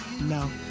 No